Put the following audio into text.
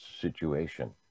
situation